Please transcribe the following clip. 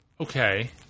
Okay